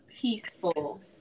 peaceful